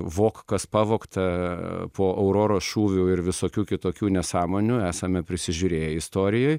vok kas pavogta po auroros šūvių ir visokių kitokių nesąmonių esame prisižiūrėję istorijoj